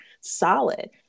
solid